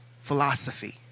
philosophy